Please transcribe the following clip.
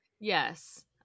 Yes